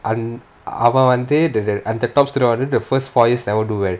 அவன் வந்து:avan vanthu the அந்த:antha top student வந்து:vanthu the first four years never do well